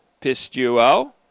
pistuo